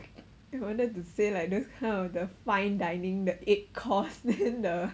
wanted to say like those kind of the fine dining the eight course then the